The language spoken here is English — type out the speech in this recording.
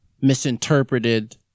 misinterpreted